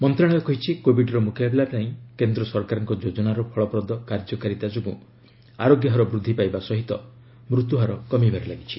ମନ୍ତ୍ରଣାଳୟ କହିଛି କୋଭିଡର ମ୍ରକାବିଲା ପାଇଁ କେନ୍ଦ୍ ସରକାରଙ୍କ ଯୋଜନାର ଫଳପ୍ଦ କାର୍ଯ୍ୟକାରୀତା ଯୋଗୁଁ ଆରୋଗ୍ୟ ହାର ବୃଦ୍ଧି ପାଇବା ସହ ମୃତ୍ୟୁହାର କମିବାରେ ଲାଗିଛି